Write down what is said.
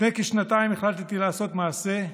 לפני כשנתיים החלטתי לעשות מעשה: